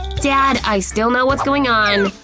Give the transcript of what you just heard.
dad! i still know what's going on!